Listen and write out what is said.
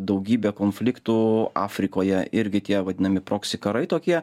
daugybę konfliktų afrikoje irgi tie vadinami proksi karai tokie